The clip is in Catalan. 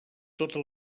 tota